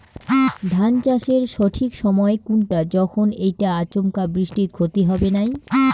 ধান চাষের সঠিক সময় কুনটা যখন এইটা আচমকা বৃষ্টিত ক্ষতি হবে নাই?